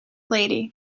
lady